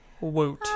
woot